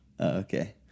Okay